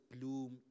bloom